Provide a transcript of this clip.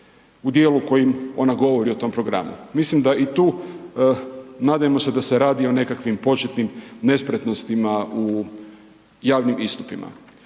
u djelu u kojim ona govori u tom programu. Mislim da i tu nadajmo se da se radi o nekakvim početnim nespretnostima u javnim istupima.